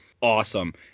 awesome